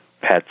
pets